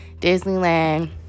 Disneyland